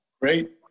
great